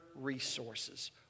resources